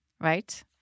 right